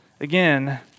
Again